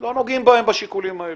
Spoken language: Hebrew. לא נוגעים בשיקולים האלה,